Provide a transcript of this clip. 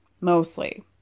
mostly